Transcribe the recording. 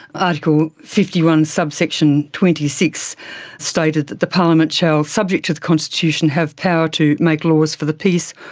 article fifty one subsection twenty six stated that the parliament shall, subject to the constitution, have power to make laws for the peace,